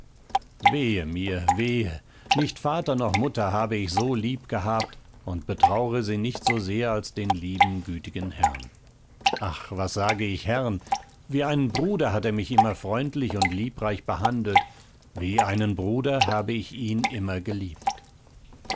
wehe mir wehe nicht vater noch mutter habe ich so lieb gehabt und betraure sie nicht so sehr als den lieben gütigen herrn ach was sage ich herrn wie einen bruder hat er mich immer freundlich und liebreich behandelt wie einen bruder habe ich ihn immer geliebt